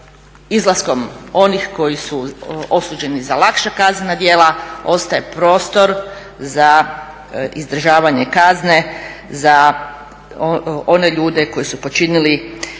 izlaskom onih koji su osuđeni za lakša kaznena djela ostaje prostor za izdržavanje kazne za one ljude koji su počinili teža